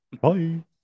Bye